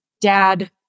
dad